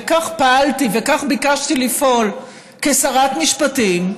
וכך פעלתי וכך ביקשתי לפעול כשרת משפטים,